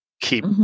keep